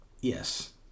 Yes